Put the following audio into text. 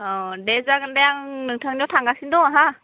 अ दे जागोन दे आं नोंथांनियाव थांगासिनो दङ हा